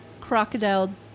Crocodile